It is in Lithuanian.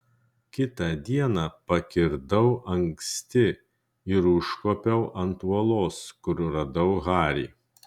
kitą dieną pakirdau anksti ir užkopiau ant uolos kur radau harį